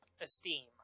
Esteem